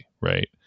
right